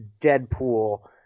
Deadpool